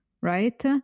right